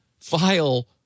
file